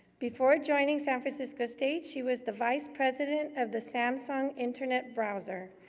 before joining san francisco state, she was the vice president of the samsung internet browser.